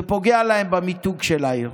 זה פוגע להן במיתוג של העיר.